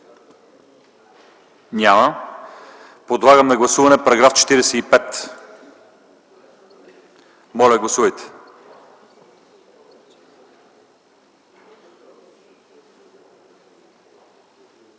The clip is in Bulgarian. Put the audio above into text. Няма. Подлагам на гласуване § 41. Моля, гласувайте.